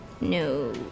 No